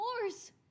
wars